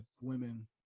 women